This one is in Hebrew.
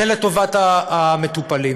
זה לטובת המטופלים.